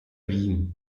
wien